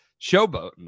showboating